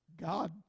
God